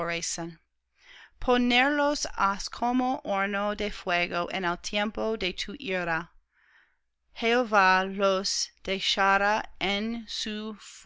aborrecen ponerlos has como horno de fuego